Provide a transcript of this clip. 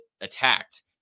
attacked